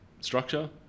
structure